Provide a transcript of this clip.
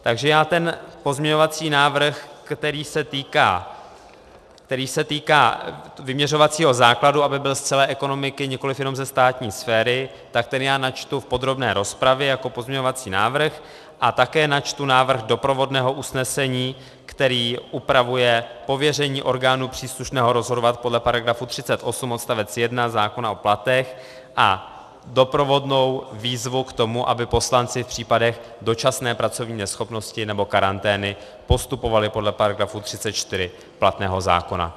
Takže já ten pozměňovací návrh, který se týká vyměřovacího základu, aby byl z celé ekonomiky, nikoliv jenom ze státní sféry, načtu v podrobné rozpravě jako pozměňovací návrh a také načtu návrh doprovodného usnesení, který upravuje pověření orgánu příslušného rozhodovat podle § 38 odst. 1 zákona o platech a doprovodnou výzvu k tomu, aby poslanci v případech dočasné pracovní neschopnosti nebo karantény postupovali podle § 34 platného zákona.